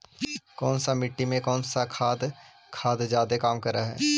कौन सा मिट्टी मे कौन सा खाद खाद जादे काम कर हाइय?